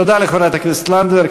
תודה לחברת הכנסת לנדבר.